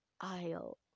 aisle